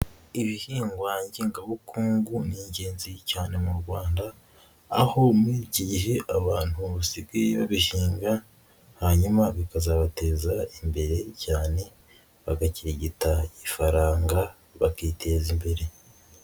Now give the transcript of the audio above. Ibihingwa ngengabukungu ni ingenzi cyane mu Rwanda aho muri iki gihe abantu basigaye babihinga hanyuma bikazabateza imbere cyane bagakirigita ifaranga bakiteza imbere.